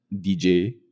DJ